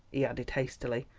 he added hastily,